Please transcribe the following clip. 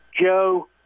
Joe